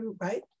right